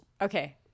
Okay